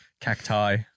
Cacti